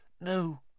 No